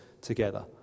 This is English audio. together